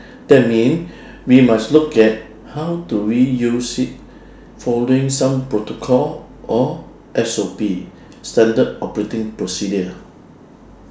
that mean we must look at how do we use it following some protocol or S_O_P standard operative procedure